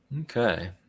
Okay